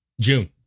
June